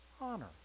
honor